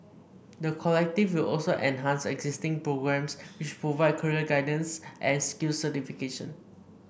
the Collective will also enhance existing programmes which provide career guidance and skills certification